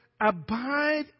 Abide